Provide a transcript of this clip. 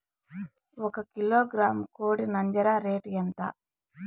ఒక కిలోగ్రాము కోడి నంజర రేటు ఎంత?